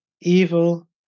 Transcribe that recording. evil